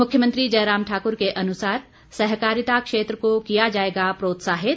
मुख्यमंत्री जयराम ठाकुर के अनुसार सहकारिता क्षेत्र को किया जाएगा प्रोत्साहित